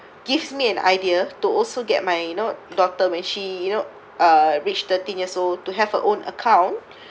give me an idea to also get my you know daughter when she you know uh reached thirteen years old to have her own account